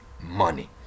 money